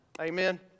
Amen